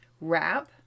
wrap